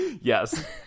Yes